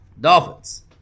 Dolphins